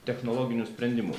technologinius sprendimus